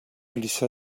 glissa